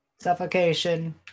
Suffocation